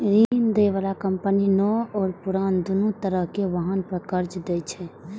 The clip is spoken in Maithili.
ऋण दै बला कंपनी नव आ पुरान, दुनू तरहक वाहन पर कर्ज दै छै